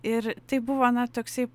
ir tai buvo na toksai